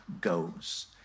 goes